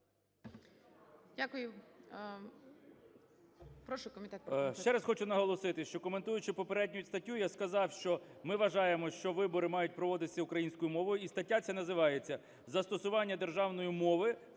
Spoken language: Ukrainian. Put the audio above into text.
Дякую. Прошу комітет